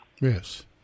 Yes